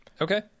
Okay